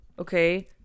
okay